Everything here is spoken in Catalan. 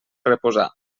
reposar